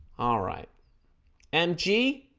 alright mg